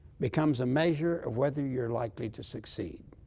becomes a measure of whether you're likely to succeed.